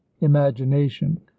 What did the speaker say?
imagination